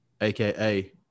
aka